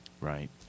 Right